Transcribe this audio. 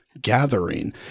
gathering